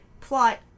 plot